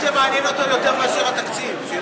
זה מעניין אותו יותר מאשר התקציב.